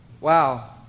wow